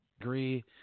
agree